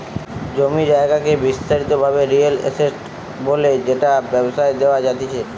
জমি জায়গাকে বিস্তারিত ভাবে রিয়েল এস্টেট বলে যেটা ব্যবসায় দেওয়া জাতিচে